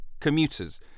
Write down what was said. commuters